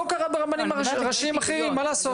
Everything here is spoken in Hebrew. לא קרה ברבנים ראשיים אחרים, מה לעשות.